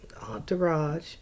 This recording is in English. entourage